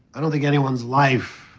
i don't think anyone's life